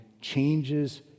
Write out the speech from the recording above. changes